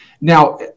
Now